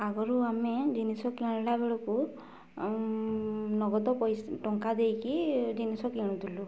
ଆଗରୁ ଆମେ ଜିନିଷ କିଣିଲା ବେଳକୁ ନଗଦ ଟଙ୍କା ଦେଇକି ଜିନିଷ କିଣୁଥିଲୁ